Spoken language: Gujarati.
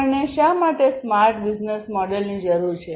આપણને શા માટે સ્માર્ટ બિઝનેસ મોડેલની જરૂર છે